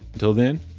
til then,